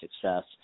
success